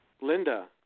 Linda